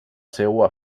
seua